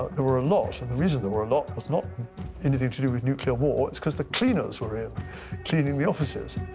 there were a lot, and the reason there were a lot was not anything to do with nuclear war. it's cause the cleaners were in cleaning the offices.